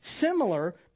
similar